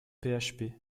php